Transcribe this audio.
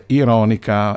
ironica